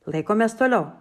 laikomės toliau